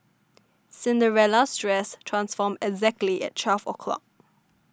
Cinderella's dress transformed exactly at twelve o' clock